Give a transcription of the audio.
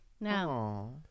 No